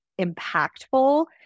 impactful